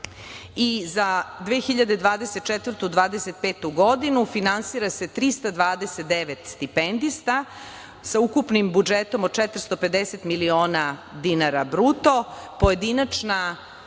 Za 2024/2025. godinu finansira se 329 stipendista sa ukupnim budžetom od 450 miliona dinara bruto. Pojedinačna